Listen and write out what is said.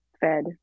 fed